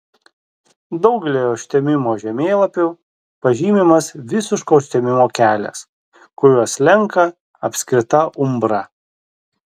daugelyje užtemimo žemėlapių pažymimas visiško užtemimo kelias kuriuo slenka apskrita umbra